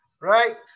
right